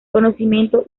conocimiento